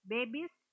Babies